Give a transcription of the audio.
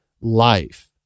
life